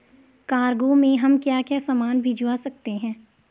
Cargo में हम क्या क्या सामान भिजवा सकते हैं?